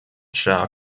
shah